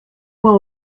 ouen